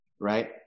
right